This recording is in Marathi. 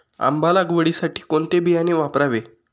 आंबा लागवडीसाठी कोणते बियाणे वापरावे?